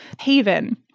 haven